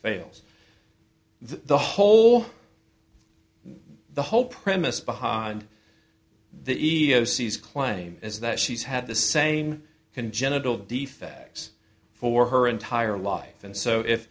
fails the whole the whole premise behind the e e o c is claiming is that she's had the same congenital defects for her entire life and so if